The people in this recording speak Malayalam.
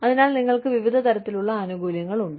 അതിനാൽ നിങ്ങൾക്ക് വിവിധ തരത്തിലുള്ള ആനുകൂല്യങ്ങൾ ഉണ്ട്